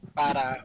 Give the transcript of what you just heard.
para